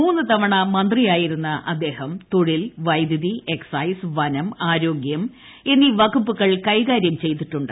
മൂന്നുതവണ മന്ത്രിയായിരുന്നു അദ്ദേഹം തൊഴിൽ വൈദ്യുതി എക്സൈസ് വനം ആരോഗ്യം എന്നീ് വകുപ്പുകൾ കൈകാര്യം ചെയ്തിട്ടുണ്ട്